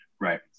Right